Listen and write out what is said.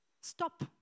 stop